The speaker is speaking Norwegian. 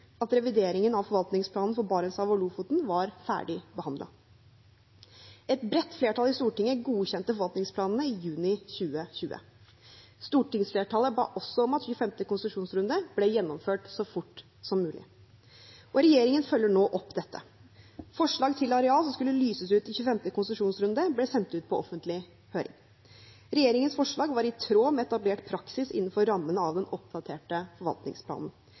at revideringen av forvaltningsplanen for Barentshavet og Lofoten var ferdig behandlet. Et bredt flertall i Stortinget godkjente forvaltningsplanen i juni 2020. Stortingsflertallet ba også om at 25. konsesjonsrunde ble gjennomført så fort som mulig. Regjeringen følger nå opp dette. Forslag til areal som skulle lyses ut i 25. konsesjonsrunde, ble sendt ut på offentlig høring. Regjeringens forslag var i tråd med etablert praksis innenfor rammen av den oppdaterte forvaltningsplanen.